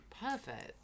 perfect